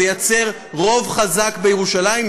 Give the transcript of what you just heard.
ליצור רוב חזק בירושלים,